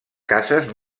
cases